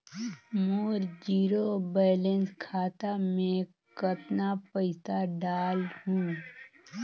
मोर zero balance खाता मे कतना पइसा डाल हूं?